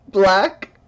Black